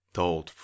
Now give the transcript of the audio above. told